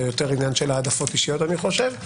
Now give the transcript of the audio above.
זה יותר עניין של העדפות אישיות, אני חושב.